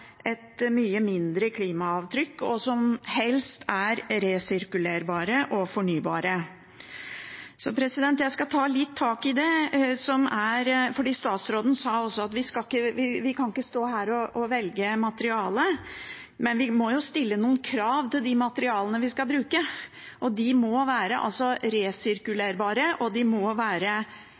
et mye mindre klimaavtrykk, og som helst er resirkulerbare og fornybare. Jeg skal ta litt tak i det statsråden også sa, at vi kan ikke stå her og velge materiale. Men vi må jo stille noen krav til materialene vi skal bruke. De må være resirkulerbare, og de må være